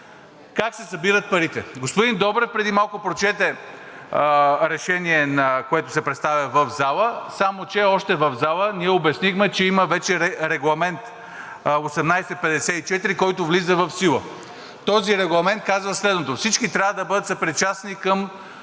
Как се събират парите? Господин Добрев преди малко прочете Решение, което се представя в залата. Само че още в залата ние обяснихме, че вече има Регламент № 1854, който влиза в сила. Този Регламент казва следното: „Всички трябва да бъдат съпричастни към